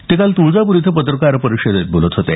ते काल तुळजापूर इथं पत्रकार परिषदेत बोलत होते